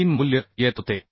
3मूल्य येत होते